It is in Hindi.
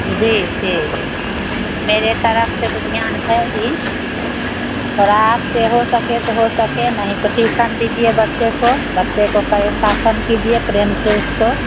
जी जी मेरे तरफ से तो ध्यान है ही पर आप से हो सके तो हो सके नहीं तो ट्यूसन दीजिए बच्चे को बच्चे को कड़े शासन कीजिए प्रेम से उसको